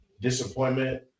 disappointment